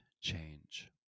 change